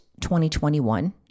2021